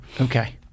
okay